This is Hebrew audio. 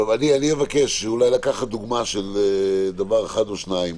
אני אבקש אולי לקחת דוגמה של דבר אחד או שניים,